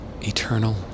eternal